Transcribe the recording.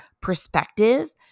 perspective